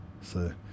So-